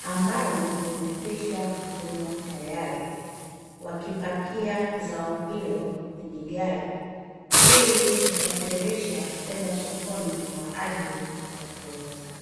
ambalo limekwisha kuvunwa tayari, Wakipakia zao hilo kwenye gari ilikusafirisha kwenda sokoni, kwa ajili ya kuuza.